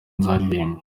nzaririmba